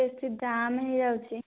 ବେଶି ଦାମ୍ ହେଇଯାଉଛି